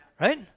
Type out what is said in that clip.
right